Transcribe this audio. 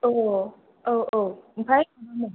औ ओमफ्राय